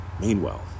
Meanwhile